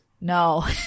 No